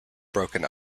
broken